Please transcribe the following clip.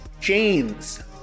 James